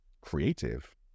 creative